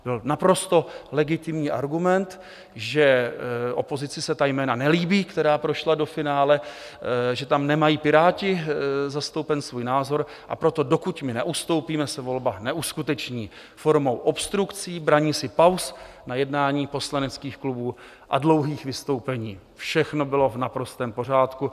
To byl naprosto legitimní argument, že opozici se ta jména, která prošla do finále, nelíbí, že tam nemají Piráti zastoupen svůj názor, a proto dokud my neustoupíme, se volba neuskuteční formou obstrukcí, braní si pauz na jednání poslaneckých klubů a dlouhých vystoupení všechno bylo v naprostém pořádku.